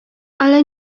ale